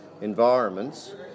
environments